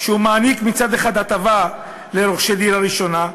שמעניק מצד אחד הטבה לרוכשי דירה ראשונה,